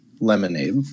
lemonade